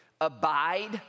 abide